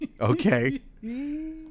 okay